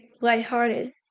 lighthearted